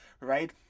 right